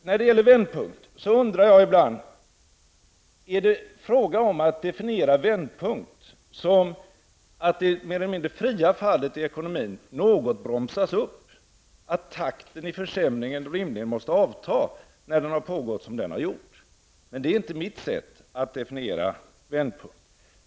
När det gäller vändpunkten undrar jag ibland om man definierar vändpunkt som att det mer eller mindre fria fallet i ekonomin något bromsas upp och att takten i försämringen rimligen måste avta när den har pågått som den har gjort. Men det är inte mitt sätt att definiera vändpunkt.